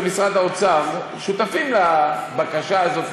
שמשרד האוצר שותפים לבקשה הזאת,